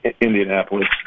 Indianapolis